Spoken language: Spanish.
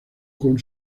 con